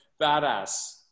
badass